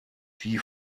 die